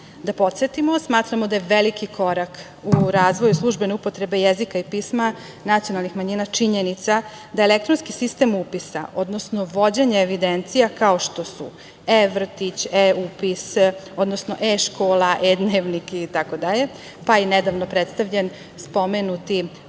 podsetimo, smatramo da je veliki korak u razvoju službene upotrebe jezika i pisma nacionalnih manjina činjenica da je elektronski sistem upisa, odnosno vođenje evidencija kao što su eVrtić, eUprava, eUpis, odnosno eŠkola, eDnevnik i tako dalje, pa i nedavno predstavljen spomenuti